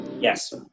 Yes